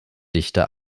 dichter